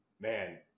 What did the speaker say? man